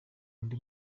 undi